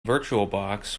virtualbox